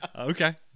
Okay